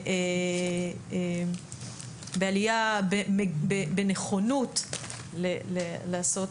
ועלייה בנכונות לעשות.